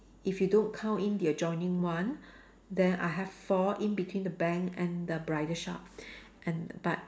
if you don't count in the adjoining one then I have four in between the bank and the bridal shop and but